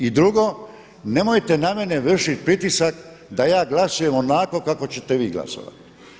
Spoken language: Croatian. I drugo, nemojte na mene vršiti pritisak da ja glasujem onako kako ćete vi glasovati.